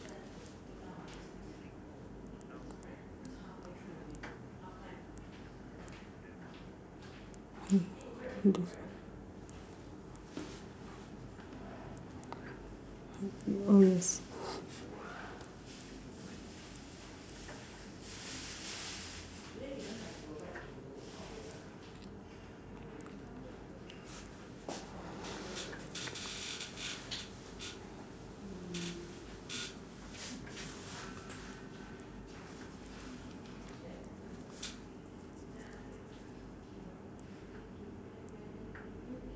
mm oh yes